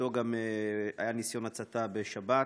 שבביתו גם היה ניסיון הצתה בשבת,